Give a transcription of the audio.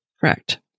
Correct